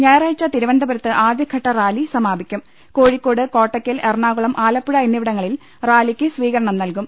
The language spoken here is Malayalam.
ഞായറാഴ്ച തിരുവനന്തപുരത്ത് ആദ്യഘട്ട റാലി സമാപിക്കും കോഴിക്കോട് കോട്ടക്കൽ എറണാകുളം ആലപ്പുഴ എന്നിവിടങ്ങളിൽ റാലിക്ക് സ്വീകരണം നൽകും